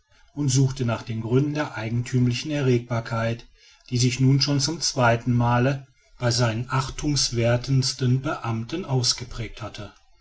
und suchte nach den gründen der eigenthümlichen erregbarkeit die sich nun schon zu zweien malen bei seinen achtungswerthesten beamten ausgeprägt hatte